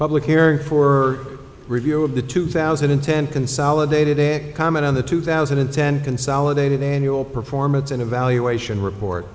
public hearing for review of the two thousand and ten consolidated comment on the two thousand and ten consolidated performance and evaluation report